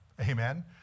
Amen